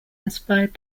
inspired